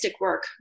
work